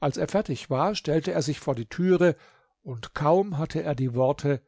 als er fertig war stellte er sich vor die türe und kaum hatte er die worte